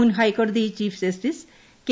മുൻ ഹൈക്കോടതി chief justice K